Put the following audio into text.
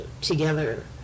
together